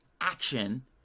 action